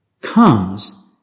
comes